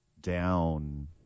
down